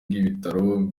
bw’ibitaro